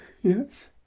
Yes